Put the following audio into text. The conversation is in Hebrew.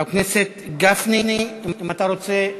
חבר הכנסת גפני, אם אתה רוצה,